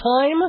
time